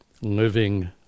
living